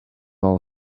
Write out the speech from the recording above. all